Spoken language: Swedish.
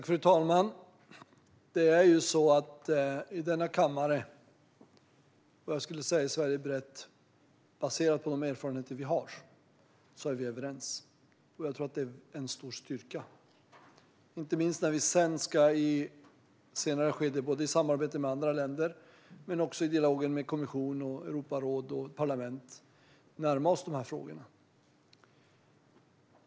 Fru talman! Det är ju så att i denna kammare - och, skulle jag vilja säga, brett i Sverige baserat på de erfarenheter vi har - är vi överens. Jag tror att det är en stor styrka, inte minst när vi i ett senare skede både i samarbetet med andra länder men också i dialogen med kommission, Europaråd och parlament ska närma oss de här frågorna.